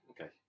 Okay